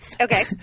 Okay